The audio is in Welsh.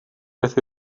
beth